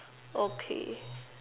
okay